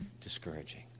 discouraging